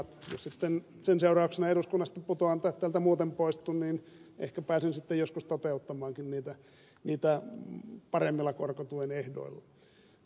jos sitten sen seurauksena eduskunnasta putoan tai täältä muuten poistun niin ehkä pääsen sitten joskus toteuttamaankin niitä paremmilla korkotuen ehdoilla